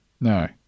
No